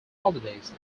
holidays